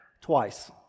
twice